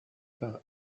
par